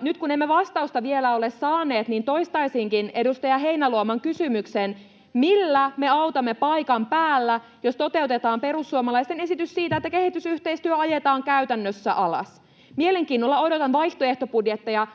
Nyt kun emme vastausta vielä ole saaneet, toistaisinkin edustaja Heinäluoman kysymyksen: millä me autamme paikan päällä, jos toteutetaan perussuomalaisten esitys siitä, että kehitysyhteistyö ajetaan käytännössä alas? Mielenkiinnolla odotan vaihtoehtobudjetteja.